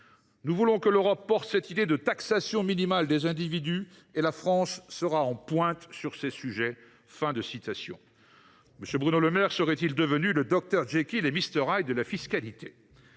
Nous voulons que l’Europe porte cette idée de taxation minimale des individus le plus rapidement possible et la France sera en pointe sur ces sujets ». Bruno Le Maire serait il devenu le Dr. Jekyll et Mr. Hyde de la fiscalité ?